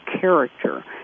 character